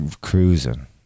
cruising